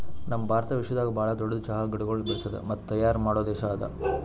ನಮ್ ಭಾರತ ವಿಶ್ವದಾಗ್ ಭಾಳ ದೊಡ್ಡುದ್ ಚಹಾ ಗಿಡಗೊಳ್ ಬೆಳಸದ್ ಮತ್ತ ತೈಯಾರ್ ಮಾಡೋ ದೇಶ ಅದಾ